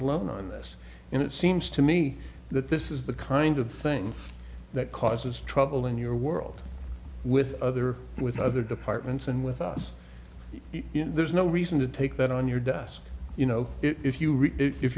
alone on this and it seems to me that this is the kind of thing that causes trouble in your world with other with other departments and with us you know there's no reason to take that on your desk you know if you